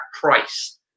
price